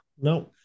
no